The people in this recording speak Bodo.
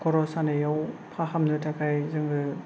खर' सानायाव फाहामनो थाखाय जोङो